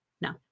No